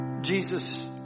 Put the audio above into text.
Jesus